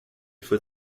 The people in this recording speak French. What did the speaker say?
faut